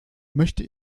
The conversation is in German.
möchte